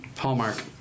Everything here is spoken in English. Hallmark